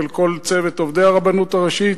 ולכל צוות עובדי הרבנות הראשית.